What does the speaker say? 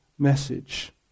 message